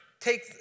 take